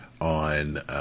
on